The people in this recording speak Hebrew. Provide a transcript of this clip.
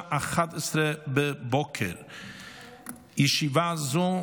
בשעה 11:00.